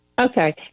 Okay